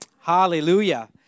hallelujah